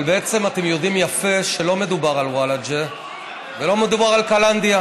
אבל בעצם אתם יודעים יפה שלא מדובר על ולג'ה ולא מדובר על קלנדיה,